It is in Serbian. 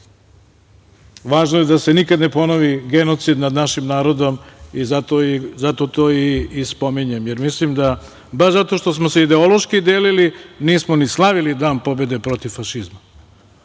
važno je da se nikada ne ponovi genocid nad našim narodom i zato to i spominjem. Baš zato što smo se ideološki delili, nismo ni slavili dan pobede protiv fašizma,